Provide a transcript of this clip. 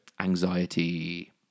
anxiety